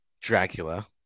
Dracula